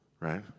right